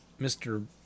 Mr